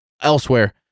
elsewhere